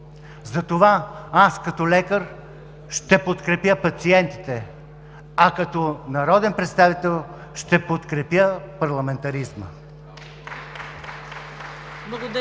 Затова аз като лекар ще подкрепя пациентите, а като народен представител ще подкрепя парламентаризма.